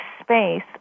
space